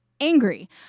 angry